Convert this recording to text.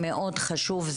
זה מאוד חשוב.